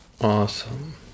Awesome